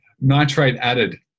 nitrate-added